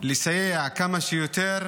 לסייע כמה שיותר